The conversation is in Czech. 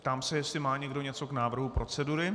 Ptám se, jestli má někdo něco k návrhu procedury.